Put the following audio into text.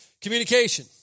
Communication